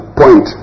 point